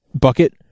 bucket